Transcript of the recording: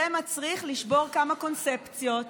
זה מצריך לשבור כמה קונספציות,